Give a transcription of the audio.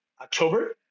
October